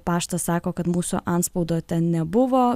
paštas sako kad mūsų antspaudo ten nebuvo